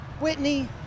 Whitney